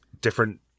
different